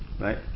Right